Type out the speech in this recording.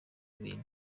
bintu